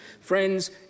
Friends